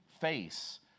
face